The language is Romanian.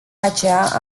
aceea